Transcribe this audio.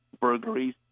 burglaries